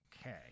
Okay